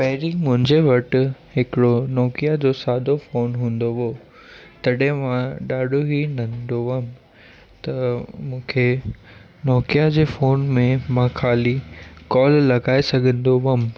पहिरीं मुंहिंजे वटि हिकिड़ो नोकीया जो सादो फोन हूंदो हुओ तॾहिं मां ॾाढो ई नंढो हुअमि त मूंखे नोकीया जे फोन में मां ख़ाली कॉल लॻाए सघंदो हुअमि